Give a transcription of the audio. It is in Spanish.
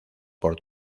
por